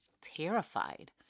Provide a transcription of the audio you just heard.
terrified